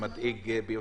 הוא מדאיג ביותר,